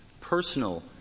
Personal